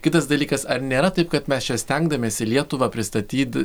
kitas dalykas ar nėra taip kad mes čia stengdamiesi lietuvą pristatyd